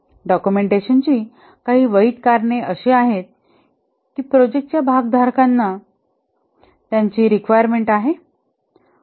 डॉक्युमेंटेशनची काही वैध कारणे अशी आहेत की प्रोजेक्ट च्या भागधारकांना त्याची रिक्वायरमेंट आहे